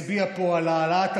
קצת צניעות.